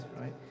right